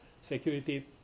security